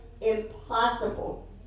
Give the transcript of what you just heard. impossible